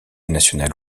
national